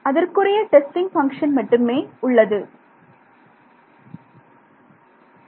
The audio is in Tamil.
அதற்குரிய டெஸ்டிங் பங்க்ஷன் மட்டுமே உள்ளது மாணவர்